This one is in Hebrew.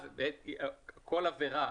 כל עבירה,